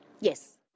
Yes